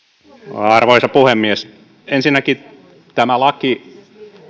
arvoisa puhemies ensinnäkin tämä laki